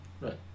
Right